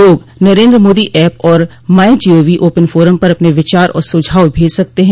लोग नरेन्द्र मोदी ऐप और MyGov open forum पर अपने विचार और सुझाव भेज सकते हैं